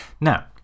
Now